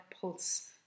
pulse